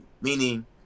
Meaning